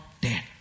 dead